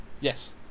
Yes